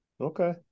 Okay